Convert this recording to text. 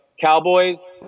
Cowboys